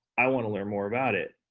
i want to learn more about it.